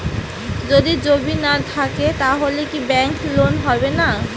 যদি জমি না থাকে তাহলে কি ব্যাংক লোন হবে না?